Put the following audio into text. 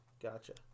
Gotcha